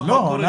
לא.